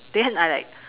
then I like